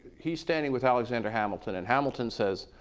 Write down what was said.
he's standing with alexander hamilton and hamilton says,